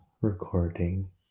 recording